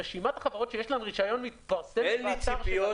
רשימת החברות שיש להן רישיון מתפרסמת באתר שלנו.